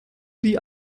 die